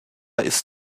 ist